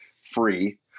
free